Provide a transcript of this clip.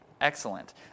Excellent